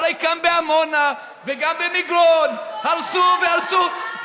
הרי גם בעמונה וגם במגרון הרסו והרסו,